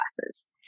classes